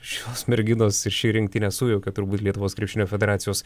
šios merginos ši rinktinė sujaukė turbūt lietuvos krepšinio federacijos